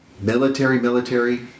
military-military